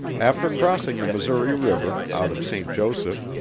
after crossing the missouri river, out of st. joseph,